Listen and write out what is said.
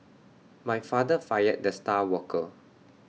my father fired the star worker